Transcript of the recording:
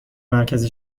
مرکز